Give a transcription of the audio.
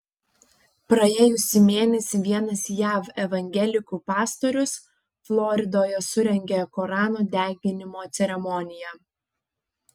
praėjusį mėnesį vienas jav evangelikų pastorius floridoje surengė korano deginimo ceremoniją